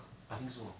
I think so